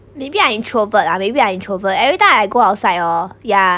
maybe I introvert ah maybe I introvert everytime I go outside oh yeah